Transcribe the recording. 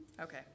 Okay